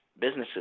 businesses